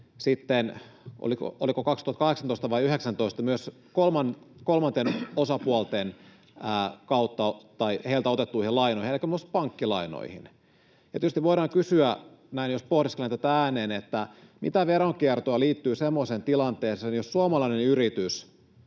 sitten, oliko 2018 vai 2019, myös kolmansilta osapuolilta otettuihin lainoihin, elikkä myös pankkilainoihin. Tietysti voidaan kysyä, näin jos pohdiskelen tätä ääneen, mitä veronkiertoa liittyy semmoiseen tilanteeseen, jos suomalainen yritys,